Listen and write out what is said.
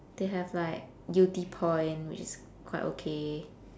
they have like yew tee point which is quite okay